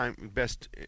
best